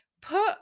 put